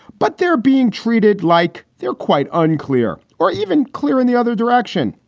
but they're being treated like they're quite unclear or even clear in the other direction.